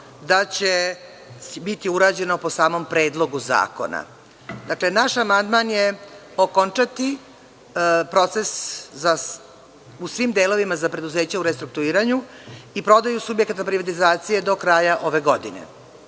da će biti urađeno po samom Predlogu zakona. Naš amandman je - okončati proces u svim delovima za preduzeća u restrukturiranju i prodaju subjekata privatizacije do kraja ove godine.U